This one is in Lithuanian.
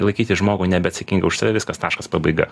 laikyti žmogų nebeatsakinga už tave viskas taškas pabaiga